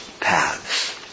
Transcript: paths